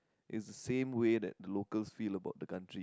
is the same way that the locals feel about the country